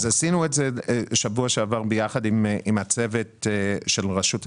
עשינו את זה בשבוע שעבר ביחד עם הצוות של רשות המיסים.